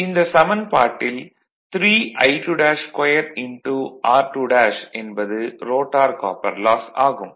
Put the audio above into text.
இந்த சமன்பாட்டில் 3I22 r2 என்பது ரோட்டார் காப்பர் லாஸ் ஆகும்